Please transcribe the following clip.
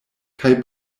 kaj